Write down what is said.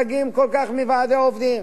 התנאים הראשונים שהיו,